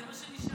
זה מה שנשאר.